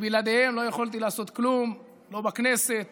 בלעדיהם לא יכולתי לעשות כלום, לא בכנסת